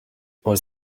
was